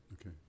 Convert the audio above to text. Okay